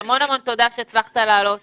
המון המון תודה שהצלחת לעלות